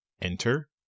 Enter